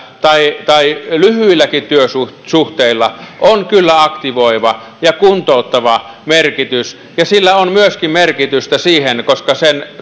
ja lyhyilläkin työsuhteilla on kyllä aktivoiva ja kuntouttava merkitys niillä on merkitystä myöskin siksi että sen